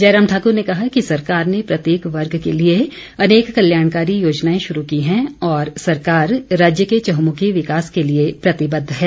जयराम ठाकुर ने कहा कि सरकार ने प्रत्येक वर्ग के लिए अनेक कल्याणकारी योजनाएं शुरू की हैं और सरकार राज्य के चहुंमुखी विकास के लिए प्रतिबद्ध है